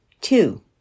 Two